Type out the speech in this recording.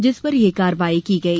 जिस पर ये कार्यवाही की गई